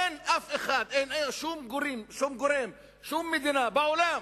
אין אף אחד, אין שום גורם, שום מדינה בעולם